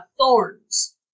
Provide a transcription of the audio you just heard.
thorns